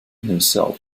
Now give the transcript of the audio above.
himself